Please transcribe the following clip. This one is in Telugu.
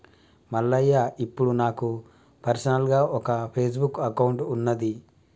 మల్లయ్య ఇప్పుడు నాకు పర్సనల్గా ఒక ఫేస్బుక్ అకౌంట్ ఉన్నది